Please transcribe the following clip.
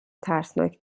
ترسناک